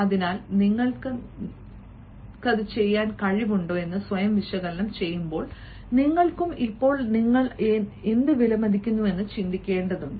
അതിനാൽ നിങ്ങൾക്കത് ചെയ്യാൻ കഴിയുന്നുണ്ടോ എന്ന് സ്വയം വിശകലനം ചെയ്യുമ്പോൾ നിങ്ങൾക്കും ഇപ്പോൾ നിങ്ങൾ എന്ത് വിലമതിക്കുന്നുവെന്ന് ചിന്തിക്കേണ്ടതുണ്ട്